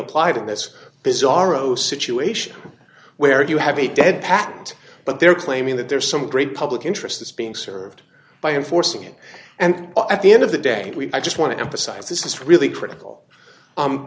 applied in this bizarro situation where you have a dead patent but they're claiming that there's some great public interest is being served by enforcing it and at the end of the day i just want to emphasize this is really critical